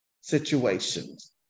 situations